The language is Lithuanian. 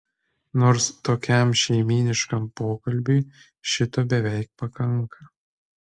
nors tokiam šeimyniškam pokalbiui šito beveik pakanka